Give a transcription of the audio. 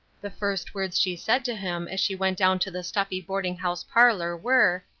the first words she said to him as she went down to the stuffy boarding-house parlor were,